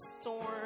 storm